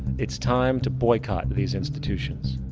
it's time to boycott these institutions.